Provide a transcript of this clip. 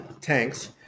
tanks